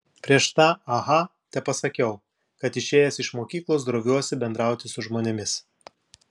prieš tą aha tepasakiau kad išėjęs iš mokyklos droviuosi bendrauti su žmonėmis